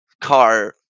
car